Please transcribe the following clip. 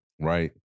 right